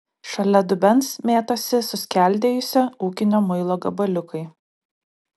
šalia dubens mėtosi suskeldėjusio ūkinio muilo gabaliukai